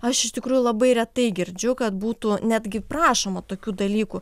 aš iš tikrųjų labai retai girdžiu kad būtų netgi prašoma tokių dalykų